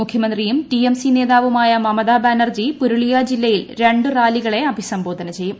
മുഖ്യമന്ത്രിയും T M C നേതാവുമായ മമതാ ബാനർജി പുരുളിയ ജില്ലയിൽ രണ്ട് റാലികളെ അഭിസംബോധന ചെയ്യും